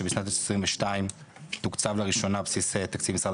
שבשנת 2022 תוקצב לראשונה בסיס תקציב משרד